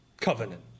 covenant